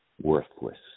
worthless